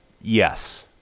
yes